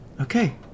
Okay